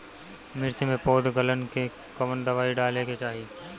मिर्च मे पौध गलन के कवन दवाई डाले के चाही?